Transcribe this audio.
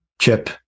chip